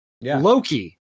Loki